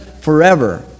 forever